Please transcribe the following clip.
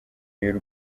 y’u